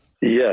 Yes